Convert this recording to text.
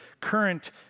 current